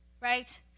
right